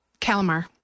Calamar